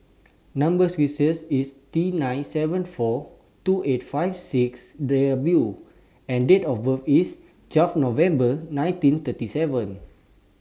Number sequences IS T nine seven four two eight five six The and Date of birth IS twelve November nineteen thirty seven